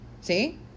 See